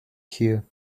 here